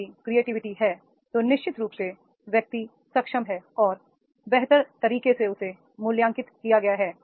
यदि क्रिएटिविटी है तो निश्चित रूप से व्यक्ति सक्षम है और बेहतर तरीके से उसे मूल्यांकित किया गया है